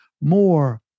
more